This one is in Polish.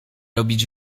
robić